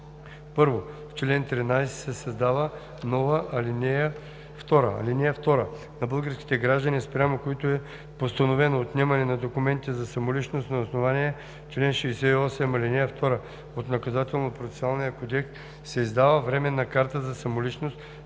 1. В чл. 13: а) създава се нова ал. 2: „(2) На българските граждани, спрямо които е постановено отнемане на документите за самоличност на основание чл. 68, ал. 2 от Наказателно-процесуалния кодекс, се издава временна карта за самоличност,